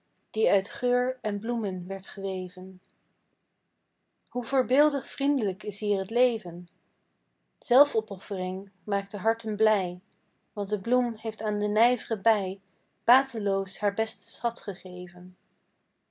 die uit geur en bloemen werd geweven hoe voorbeeldig vriendlijk is hier t leven zelfopoffering maakt de harten blij want de bloem heeft aan de nijvre bij bateloos haar besten schat gegeven